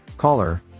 Caller